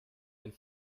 ein